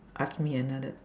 ask me another